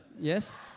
yes